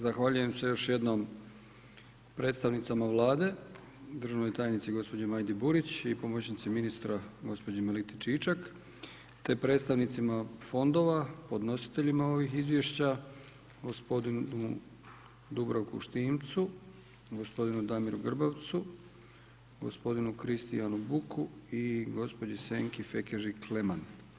Zahvaljujem se još jednom predstavnicama Vlade, državnoj tajnici gospođi Majdi Burić i pomoćnici ministra gospođi Meliti Čičak te predstavnicima fondova, podnositeljima ovih izvješća gospodinu Dubravku Štimcu, gospodinu Damiru Grbavcu, gospodinu Kristijanu Buku i gospođi Senki Fekeži Klemen.